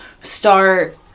start